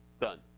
Done